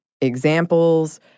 examples